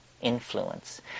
influence